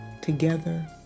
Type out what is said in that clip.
together